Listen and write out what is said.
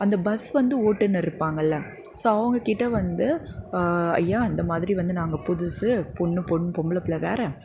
அந்த பஸ் வந்து ஓட்டுநர் இருப்பாங்கள்ல ஸோ அவங்க கிட்ட வந்து ஐயா இந்த மாதிரி வந்து நாங்கள் புதுசு பொண்ணு பொண் பொம்பளை பிள்ளை வேற